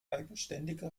eigenständige